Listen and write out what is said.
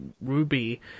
Ruby